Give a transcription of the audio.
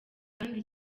kandi